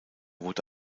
wurde